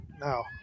now